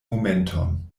momenton